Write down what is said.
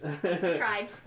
Try